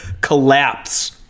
collapse